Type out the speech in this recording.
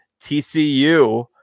TCU